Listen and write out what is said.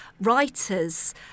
writers